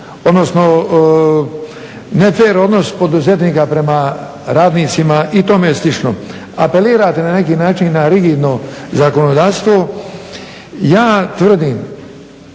odnosno ne fer odnos poduzetnika prema radnicima i tome slično. Apelirate na neki način na rigidno zakonodavstvo. Ja tvrdim